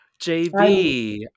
JB